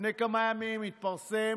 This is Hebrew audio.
לפני כמה ימים התפרסם